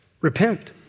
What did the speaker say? Repent